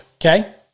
okay